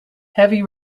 heavy